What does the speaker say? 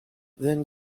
then